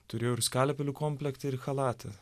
turėjau ir skalpelių komplektą ir chalatą